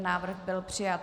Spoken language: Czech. Návrh byl přijat.